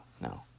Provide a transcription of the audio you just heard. no